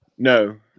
No